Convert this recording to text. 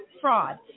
fraud